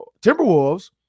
Timberwolves